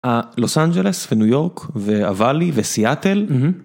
לוס אנג'לס וניו יורק והוואלי וסיאטל.